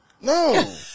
No